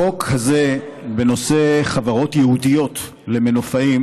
החוק הזה בנושא חברות ייעודיות למנופאים